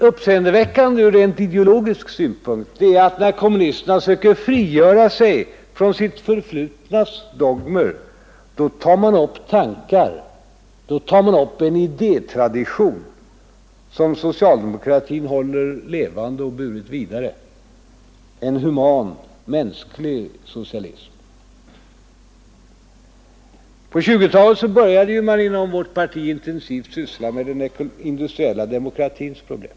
Uppseendeväckande ur rent ideologisk synpunkt är att när kommunisterna söker frigöra sig från sitt förflutnas dogmer tar de upp en idétradition som socialdemokratin burit vidare och håller levande: en human, mänsklig socialism. På 1920-talet började man inom vårt parti intensivt syssla med den industriella demokratins problem.